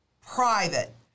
private